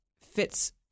fits